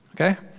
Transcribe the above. okay